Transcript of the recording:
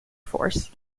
force